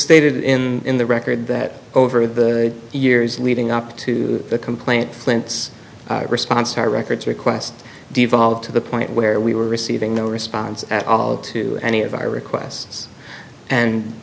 stated in the record that over the years leading up to the complaint flints response our records request devolved to the point where we were receiving no response at all to any of our requests and